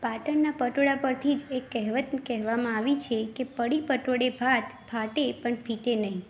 પાટણનાં પટોળા પરથી જ એક કહેવત કહેવામાં આવી છે કે પડી પટોળે ભાત ફાટે પણ ફીટે નહીં